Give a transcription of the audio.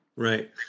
Right